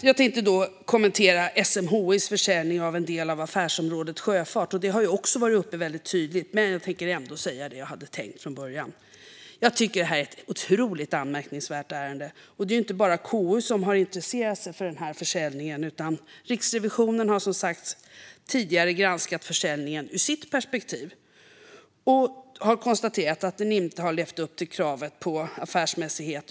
Jag tänkte kommentera SMHI:s försäljning av en del av affärsområdet Sjöfart. Detta har varit uppe väldigt tydligt, men jag tänker ändå säga det jag hade tänkt säga från början. Jag tycker att det här är ett otroligt anmärkningsvärt ärende. Det är ju inte bara KU som har intresserat sig för denna försäljning, utan Riksrevisionen har som sagt tidigare granskat försäljningen ur sitt perspektiv och konstaterat att den inte har levt upp till kravet på affärsmässighet.